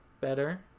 better